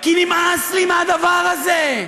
כי נמאס לי מהדבר הזה.